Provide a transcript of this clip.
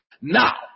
Now